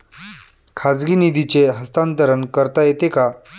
खाजगी निधीचे हस्तांतरण करता येते का?